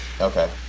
okay